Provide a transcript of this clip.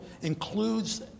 includes